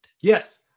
Yes